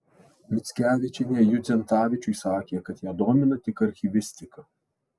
mickevičienė judzentavičiui sakė kad ją domina tik archyvistika